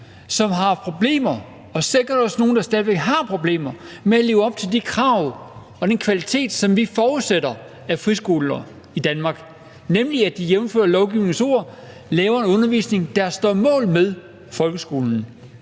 som har haft problemer, og der er sikkert også nogle, der stadig væk har problemer med at leve op til de krav og den kvalitet, som vi forudsætter hos friskoler i Danmark, nemlig at de – jævnfør lovgivningens ord – laver en undervisning, der står mål med folkeskolens.